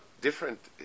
different